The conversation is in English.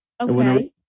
Okay